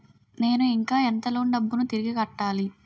నేను ఇంకా ఎంత లోన్ డబ్బును తిరిగి కట్టాలి?